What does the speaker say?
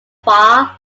far